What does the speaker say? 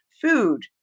Food